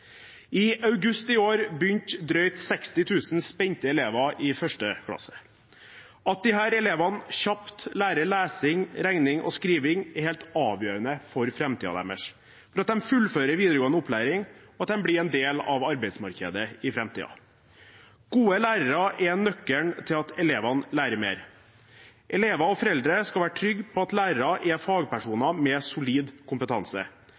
I august i år begynte drøyt 60 000 spente elever i 1. klasse. At disse elevene kjapt lærer lesing, regning og skriving, er helt avgjørende for framtiden deres – for at de fullfører videregående opplæring, og at de blir en del av arbeidsmarkedet i framtiden. Gode lærere er nøkkelen til at elevene lærer mer. Elever og foreldre skal være trygge på at lærere er fagpersoner med solid kompetanse.